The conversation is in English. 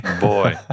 boy